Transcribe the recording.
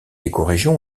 écorégion